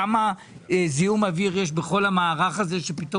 כמה זיהום אוויר יש בכל המערך הזה שפתאום